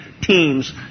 teams